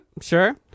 Sure